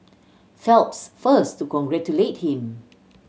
Phelps first to congratulate him